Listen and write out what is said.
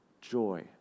joy